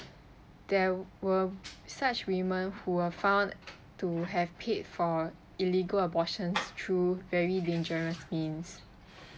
there were such women who were found to have paid for illegal abortions through very dangerous means